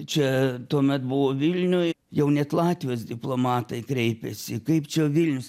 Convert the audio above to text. čia tuomet buvo vilniuj jau net latvijos diplomatai kreipėsi kaip čia vilnius